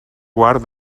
guard